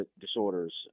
disorders